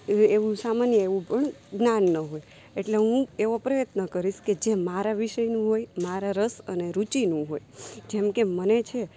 એવું એવું સામાન્ય એવું પણ જ્ઞાન ન હોય એટલે હું એવો પ્રયત્ન કરીશ કે જે મારા વિષયનું હોય મારા રસ અને રુચિનું હોય જેમ કે મને છે